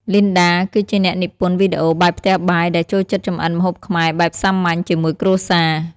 លីនដា គឺជាអ្នកនិពន្ធវីដេអូបែបផ្ទះបាយ ដែលចូលចិត្តចម្អិនម្ហូបខ្មែរបែបសាមញ្ញជាមួយគ្រួសារ។